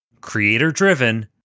creator-driven